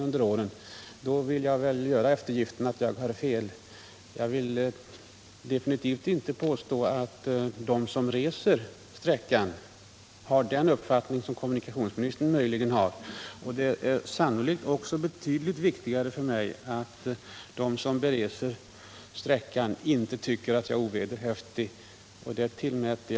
Om så hade varit fallet skulle jag ha gjort eftergiften att jag hade fel. Jag vill emellertid påstå att de som reser sträckan definitivt inte har den uppfattning som kommunikationsministern möjligen har, och det är betydligt viktigare för mig att de inte tycker att jag är ovederhäftig än att kommunikationsministern anser det.